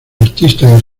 artistas